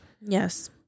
Yes